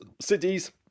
Cities